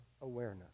awareness